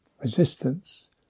Resistance